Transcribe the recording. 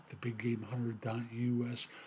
TheBigGameHunter.us